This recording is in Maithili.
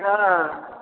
हँ